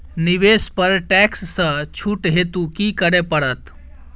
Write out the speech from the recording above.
निवेश पर टैक्स सँ छुट हेतु की करै पड़त?